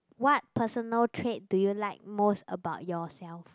what personal trait do you like most about yourself